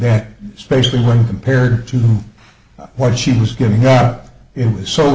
then especially when compared to what she was giving up it was so